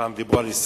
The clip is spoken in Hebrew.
פעם דיברו על 20%,